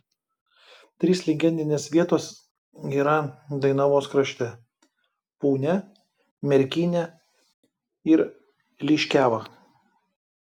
trys legendinės vietos yra dainavos krašte punia merkinė ir liškiava